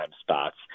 spots